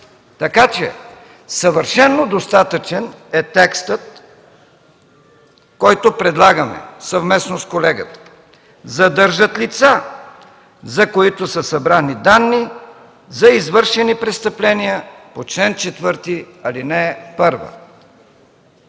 Така че съвършено достатъчен е текстът, който предлагаме съвместно с колегата – „задържат лица, за които са събрани данни за извършени престъпления по чл. 4, ал. 1”.